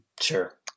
Sure